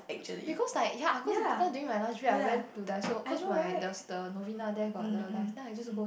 because like ya cause that time during my lunch break I went to Daiso cause my the the Novena there got the Daiso then I just go